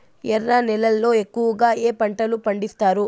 ఎర్ర నేలల్లో ఎక్కువగా ఏ పంటలు పండిస్తారు